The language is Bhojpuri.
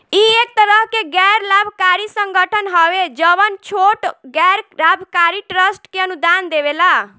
इ एक तरह के गैर लाभकारी संगठन हवे जवन छोट गैर लाभकारी ट्रस्ट के अनुदान देवेला